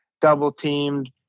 double-teamed